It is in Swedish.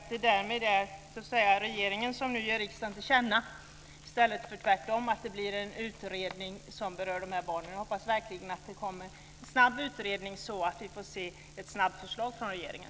Därmed är det nu regeringen som ger riksdagen till känna, i stället för tvärtom, att det blir en utredning som berör de här barnen. Jag hoppas verkligen att det blir en snabb utredning så att vi får se ett snabbt förslag från regeringen.